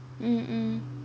mm mm